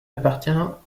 appartient